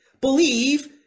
believe